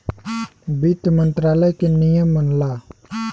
वित्त मंत्रालय के नियम मनला